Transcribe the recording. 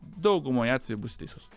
daugumoj atvejų būsi teisus